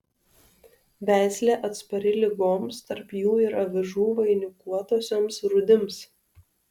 veislė atspari ligoms tarp jų ir avižų vainikuotosioms rūdims